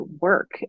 work